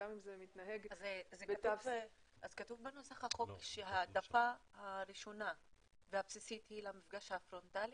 כתוב בנוסח החוק שההעדפה הראשונה והבסיסית היא למפגש הפרונטלי?